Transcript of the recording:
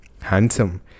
handsome